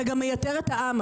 אתה גם מייתר את העם.